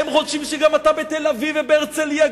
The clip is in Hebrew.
הם חושבים שגם אתה בתל-אביב ובהרצלייה,